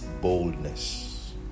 boldness